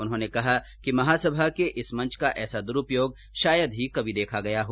उन्होंने कहा कि महासभा के इस मंच का ऐसा दुरूपयोग शायद ही कभी देखा गया हो